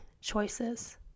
choices